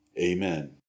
Amen